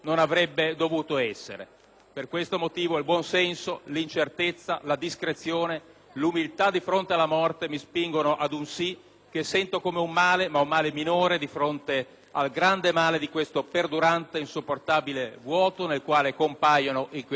Per questo motivo il buonsenso, l'incertezza, la discrezione, l'umiltà di fronte alla morte mi spingono ad esprimere un voto favorevole, che sento come un male ma comunque un male minore rispetto al grande male di questoperdurante, insopportabile vuoto nel quale compaiono inquietanti mostri.